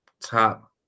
top